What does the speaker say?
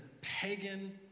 pagan